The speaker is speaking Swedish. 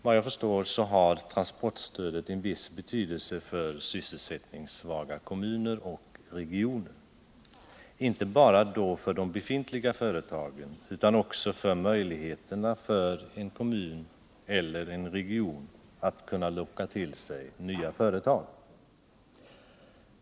Vad jag förstår har transportstödet en viss betydelse för sysselsättningssvaga kommuner och regioner — inte bara då för de befintliga företagen utan också för möjligheterna för en kommun eller region att locka till sig nya företag.